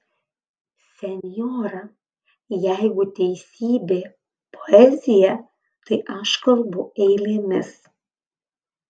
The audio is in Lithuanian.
senjora jeigu teisybė poezija tai aš kalbu eilėmis